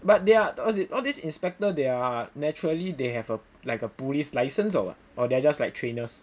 but there are all these inspector they are naturally they have a like a police license or [what] or they are just like trainers